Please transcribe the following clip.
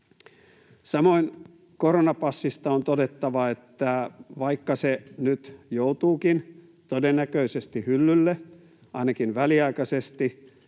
Samoin koronapassista on todettava, että vaikka se nyt joutuukin todennäköisesti hyllylle, ainakin väliaikaisesti,